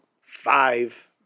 five